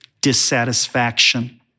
dissatisfaction